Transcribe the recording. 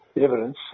evidence